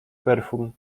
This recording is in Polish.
perfum